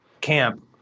camp